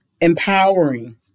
empowering